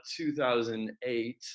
2008